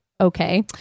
okay